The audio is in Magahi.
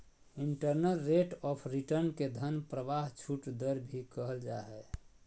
इन्टरनल रेट ऑफ़ रिटर्न के धन प्रवाह छूट दर भी कहल जा हय